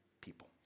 people